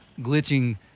glitching